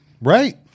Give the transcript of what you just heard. Right